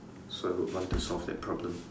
so I would want to solve that problem